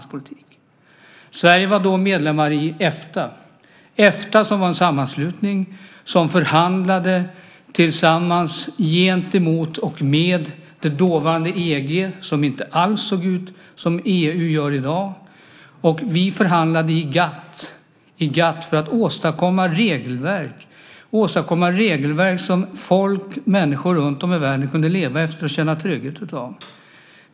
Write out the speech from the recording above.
Sverige var då medlem i Efta, som var en sammanslutning som förhandlade gentemot och med det dåvarande EG, som inte alls såg ut som EU gör i dag. Vi förhandlade i GATT för att åstadkomma regelverk som människor runtom i världen kunde leva efter och känna trygghet av.